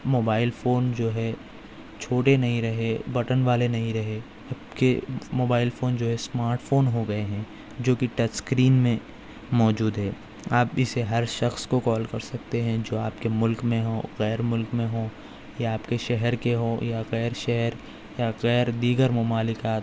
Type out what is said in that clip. mobile phone جو ہے چھوٹے نہیں رہے بٹن والے نہیں رہے اب کے موبائل فون اسمارٹ فون ہو گئے ہیں جو کہ ٹچ اسکرین میں موجود ہے آپ اسے ہر شخص کو کال کر سکتے ہیں جو آپ کے ملک میں ہوں غیر ملک میں ہوں یا آپ کے شہر کے ہو یا غیر شہر یا غیر دیگر ممالکات